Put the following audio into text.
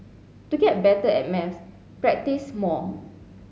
to get better at maths practise more